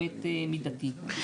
כן, ברור.